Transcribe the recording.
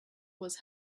was